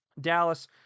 Dallas